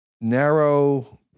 narrow